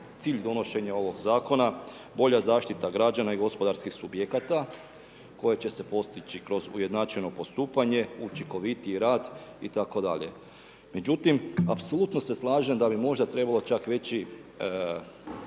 cilj donošenja ovog zakona bolja zaštita građana i gospodarskih subjekata koja će se postići kroz ujednačeno postupanje, učinkovitiji rad itd. Međutim, apsolutno se slažem da bi možda trebalo čak veći